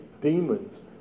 demons